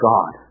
God